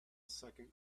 second